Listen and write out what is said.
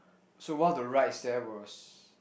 so while the rides there was